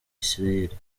isirayeli